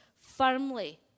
firmly